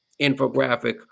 infographic